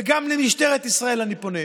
וגם למשטרת ישראל אני פונה: